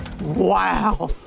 Wow